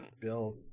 Bill